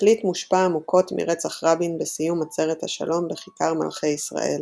התקליט מושפע עמוקות מרצח רבין בסיום עצרת השלום בכיכר מלכי ישראל.